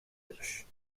dish